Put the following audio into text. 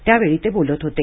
त्यावेळी ते बोलत होते